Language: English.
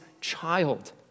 child